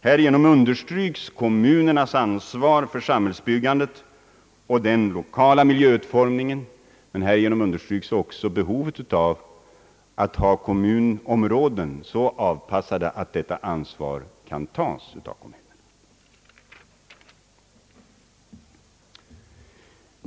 Härigenom understryks kommunernas ansvar för samhällsbyggandet och den lokala miljöutformningen, men härigenom understryks också behovet av att ha kommunområden så avpassade att detta ansvar kan tas av kommunerna.